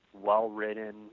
well-written